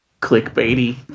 clickbaity